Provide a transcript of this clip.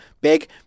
big